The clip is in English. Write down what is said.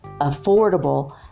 affordable